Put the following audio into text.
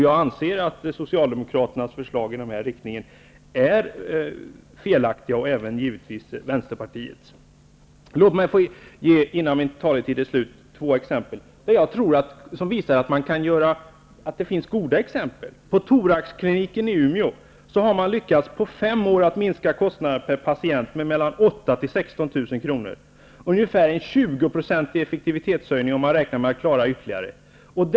Jag anser att Socialdemokraternas förslag i den här riktningen är felaktiga, liksom även givetvis Låt mig få ge två exempel som visar att det finns goda exempel. På thoraxkliniken i Umeå har man på fem år lyckats att minska kostnaderna per patient med mellan 8 000 och 16 000 kr. Det är ungefär en 20-procentig effektivitetshöjning, och man räknar med en ytterligare förbättring.